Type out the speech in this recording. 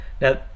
Now